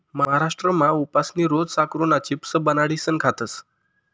महाराष्ट्रमा उपासनी रोज साकरुना चिप्स बनाडीसन खातस